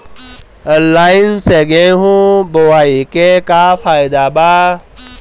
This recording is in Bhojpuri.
लाईन से गेहूं बोआई के का फायदा बा?